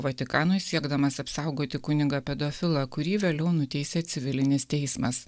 vatikanui siekdamas apsaugoti kunigą pedofilą kurį vėliau nuteisė civilinis teismas